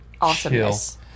awesomeness